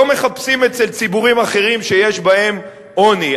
לא מחפשים אצל ציבורים אחרים שיש בהם עוני.